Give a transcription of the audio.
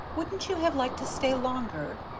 wouldn't you have liked to stay longer?